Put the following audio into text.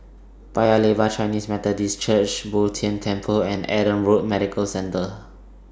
Paya Lebar Chinese Methodist Church Bo Tien Temple and Adam Road Medical Centre